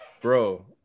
Bro